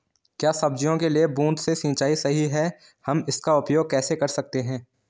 क्या सब्जियों के लिए बूँद से सिंचाई सही है हम इसका उपयोग कैसे कर सकते हैं?